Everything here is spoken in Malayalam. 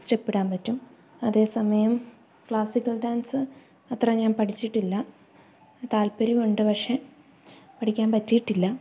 സ്റ്റെപ്പിടാന് പറ്റും അതേ സമയം ക്ലാസിക്കൽ ഡാൻസ് അത്ര ഞാൻ പഠിച്ചിട്ടില്ല താല്പര്യം ഉണ്ട് പക്ഷെ പഠിക്കാന് പറ്റിയിട്ടില്ല